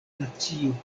nacio